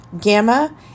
gamma